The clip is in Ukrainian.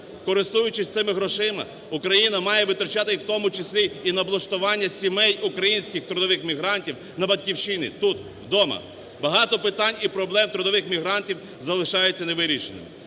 Користуючись цими грошима, Україна має витрачати і в тому числі і на облаштування сімей українських трудових мігрантів на Батьківщині, тут вдома. Багато питань і проблем трудових мігрантів залишаються невирішеними.